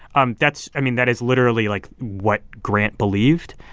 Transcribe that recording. um that's i mean, that is literally, like, what grant believed.